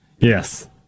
Yes